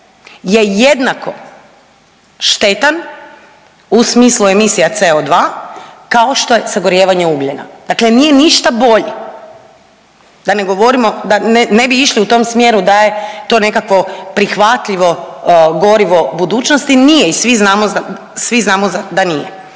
je jednako štetan u smislu emisija CO2 kao što je sagorijevanje ugljena. Dakle, nije ništa bolje da ne govorimo, da ne bi išli u tom smjeru da je to nekakvo prihvatljivo gorivo budućnosti. Nije i svi znamo da nije.